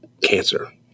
cancer